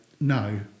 no